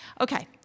Okay